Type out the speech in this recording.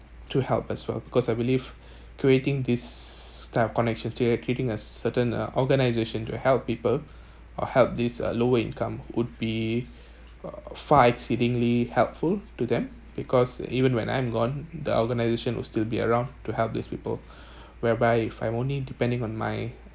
to help as well because I believe creating this type of connection you are creating a certain uh organisation to help people or help this uh lower income would be far exceedingly helpful to them because even when I'm gone the organisation will still be around to help these people whereby if I'm only depending on my